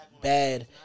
bad